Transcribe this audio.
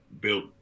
built